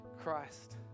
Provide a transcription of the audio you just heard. Christ